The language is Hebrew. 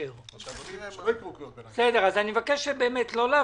כאשר רוצים לעשות פעולה יסודית בכל אתר